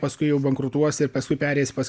paskui jau bankrutuos ir paskui pereis pas